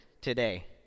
today